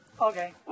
Okay